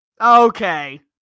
Okay